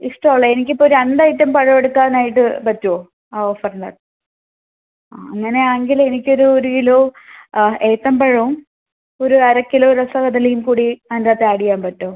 ഇഷ്ടമുള്ള എനിക്കിപ്പോൾ രണ്ട് ഐറ്റം പഴം എടുക്കാനായിട്ട് പറ്റുമോ ആ ഓഫറിന്റെ ആ അങ്ങനെയാണെങ്കിൽ എനിക്കൊരൂ ഒരു കിലോ ഏത്തപ്പഴവും ഒരു അരക്കിലോ രസകദളിയും കൂടി അത്തിന്റെയകത്ത് ആഡ് ചെയ്യാൻ പറ്റുമോ